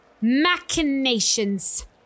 Machinations